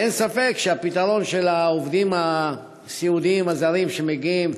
אין ספק שהפתרון של העובדים הסיעודיים הזרים שמגיעים,